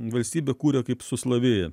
valstybę kūrė kaip suslavėję